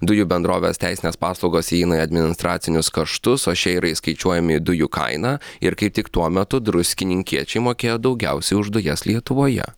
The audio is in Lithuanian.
dujų bendrovės teisinės paslaugos įeina į administracinius kaštus o šie yra įskaičiuojami į dujų kainą ir kaip tik tuo metu druskininkiečiai mokėjo daugiausiai už dujas lietuvoje